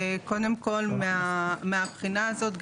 קודם כל מהבחינה הזאת,